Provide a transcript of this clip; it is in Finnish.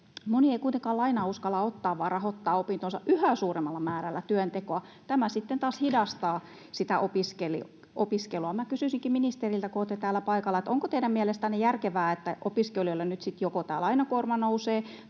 Moni ei kuitenkaan lainaa uskalla ottaa vaan rahoittaa opintonsa yhä suuremmalla määrällä työntekoa. Tämä sitten taas hidastaa opiskelua. Minä kysyisinkin ministeriltä, kun olette täällä paikalla: Onko teidän mielestänne järkevää, että opiskelijoilla nyt sitten joko tämä lainakuorma nousee